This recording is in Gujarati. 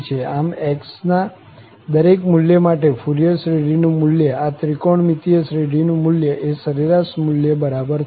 આમ x ના દરેક મુલ્ય માટે ફુરિયર શ્રેઢીનું મુલ્ય આ ત્રિકોણમીતીય શ્રેઢીનું મુલ્ય એ સરેરાશ મુલ્ય બરાબર થશે